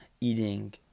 eating